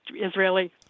Israeli